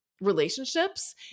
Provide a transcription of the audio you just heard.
Relationships